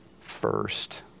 first